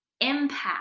impact